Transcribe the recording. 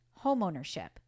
homeownership